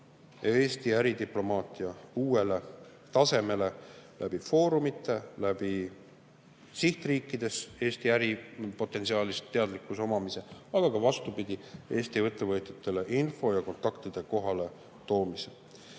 Eesti äridiplomaatia uuele tasemele foorumite kaudu, sihtriikides Eesti äripotentsiaalist teadlikkuse omamise kaudu, aga ka vastupidi, Eesti ettevõtjatele info ja kontaktide kohaletoomise